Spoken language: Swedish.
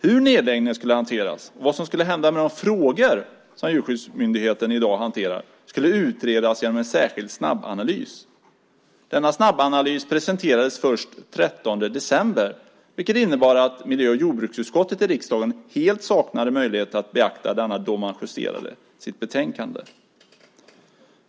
Hur nedläggningen skulle hanteras och vad som skulle hända med de frågor som Djurskyddsmyndigheten i dag hanterar skulle utredas genom en särskild snabbanalys. Denna snabbanalys presenterades först den 13 december, vilket innebar att miljö och jordbruksutskottet i riksdagen helt saknade möjlighet att beakta denna när man justerade sitt betänkande.